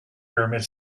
pyramids